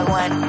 one